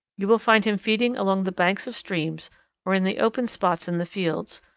you will find him feeding along the banks of streams or in the open spots in the fields,